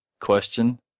question